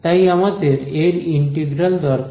তাই আমাদের এর ইন্টিগ্রাল দরকার